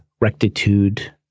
rectitude